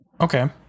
Okay